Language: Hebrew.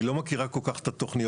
היא לא מכירה כל כך את התוכניות.